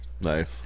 Nice